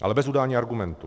Ale bez udání argumentů.